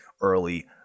early